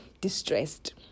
distressed